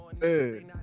hey